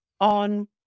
on